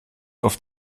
oft